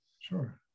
Sure